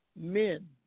men